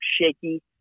shaky